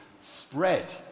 spread